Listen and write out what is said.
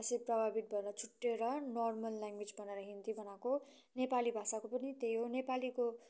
यसरी प्रभावित भएर छुट्टिएर नर्मल ल्याङ्ग्वेज बनाएर हिन्दी बनाएको नेपाली भाषाको पनि त्यही हो नेपालीको